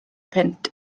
punt